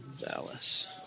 Dallas